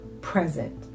present